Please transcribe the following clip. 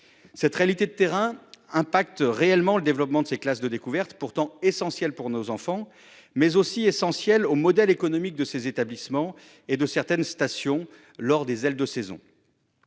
Cette réalité de terrain affecte le développement de ces classes de découverte, pourtant essentielles à nos enfants, mais aussi au modèle économique de ces établissements et de certaines stations lors des « ailes de saison